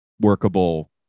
workable